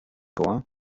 koła